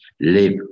live